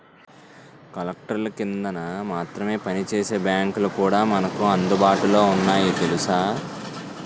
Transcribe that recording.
కలెక్టర్ల కిందన మాత్రమే పనిచేసే బాంకులు కూడా మనకు అందుబాటులో ఉన్నాయి తెలుసా